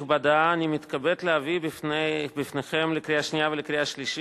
התשע"ב 2012, קריאה שנייה וקריאה שלישית.